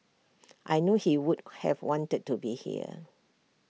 I know he would have wanted to be here